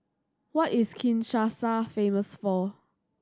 what is Kinshasa famous for